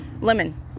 Lemon